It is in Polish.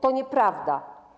To nieprawda.